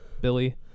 Billy